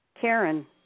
Karen